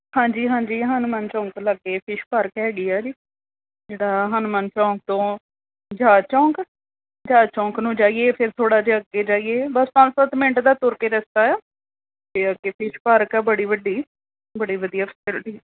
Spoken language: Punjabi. ਹਾਂਜੀ ਹਾਂਜੀ ਹਨੂੰਮਾਨ ਚੌਂਕ ਤੋਂ ਲਾਗੇ ਫਿਸ਼ ਪਾਰਕ ਹੈਗੀ ਹੈ ਜੀ ਜਿੱਦਾਂ ਹਨੂੰਮਾਨ ਚੌਂਕ ਤੋਂ ਜਹਾਜ਼ ਚੌਂਕ ਜਹਾਜ਼ ਚੌਂਕ ਨੂੰ ਜਾਈਏ ਫਿਰ ਥੋੜ੍ਹਾ ਜਿਹਾ ਅੱਗੇ ਜਾਈਏ ਬਸ ਪੰਜ ਸੱਤ ਮਿੰਟ ਦਾ ਤੁਰ ਕੇ ਰਸਤਾ ਆ ਫਿਰ ਅੱਗੇ ਫਿਸ਼ ਪਾਰਕ ਆ ਬੜੀ ਵੱਡੀ ਬੜੀ ਵਧੀਆ ਫਸੈਲਟੀ